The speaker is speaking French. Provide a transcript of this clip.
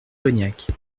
cognac